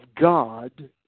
God